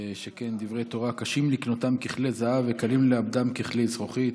שכן דברי תורה קשים לקנותם ככלי זהב וקלים לאבדם ככלי זכוכית.